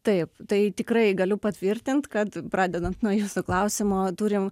taip tai tikrai galiu patvirtint kad pradedant nuo jūsų klausimo turim